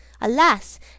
Alas